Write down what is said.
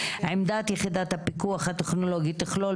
עמדת יחידת הפיקוח הטכנולוגי תכלול,